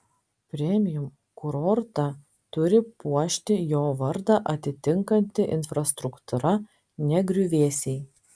premium kurortą turi puošti jo vardą atitinkanti infrastruktūra ne griuvėsiai